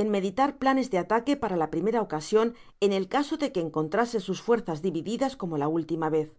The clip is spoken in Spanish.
en meditar planes de ataque para la primera ocasion en el caso de que encontrase sus fuerzas divididas como la última vez no